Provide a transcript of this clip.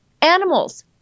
animals